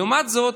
לעומת זאת,